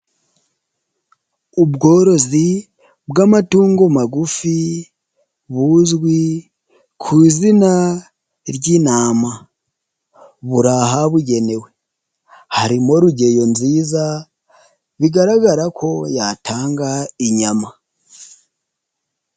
Ubworozi bw'amatungo magufi buzwi ku izina ry'intama, buri ahabugenewe. Harimo rugeyo nziza bigaragara ko yatanga inyama.